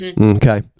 Okay